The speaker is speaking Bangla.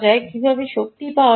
কীভাবে শক্তি পাওয়া যায়